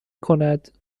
کند